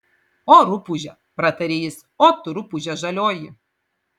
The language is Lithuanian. o rupūže pratarė jis o tu rupūže žalioji